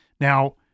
Now